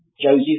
Joseph